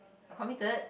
committed